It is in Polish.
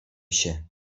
się